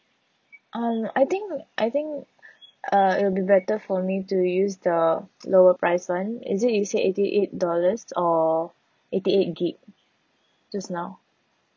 um I think I think uh it will be better for me to use the lower price [one] is it you said eighty eight dollars or eighty eight gig just now